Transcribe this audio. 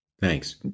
Thanks